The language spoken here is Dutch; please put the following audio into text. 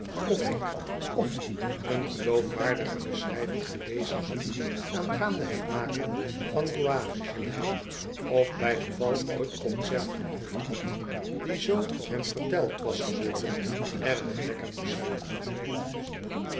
of ik f een geloofwaardige beschrijving gelezen had aangaande het maken van guavagelei f bijgeval ooit conserf geproefd had die zoo hem verteld was geworden erg lekker moest zijn